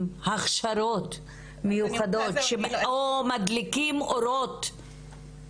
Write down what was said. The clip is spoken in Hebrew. הכשרות מיוחדות או מדליקים אורות.